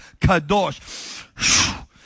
kadosh